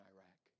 Iraq